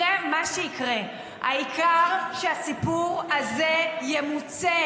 אתה הדובר ה-14, ותוכל להגיד את מה שאתה רוצה.